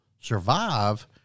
survive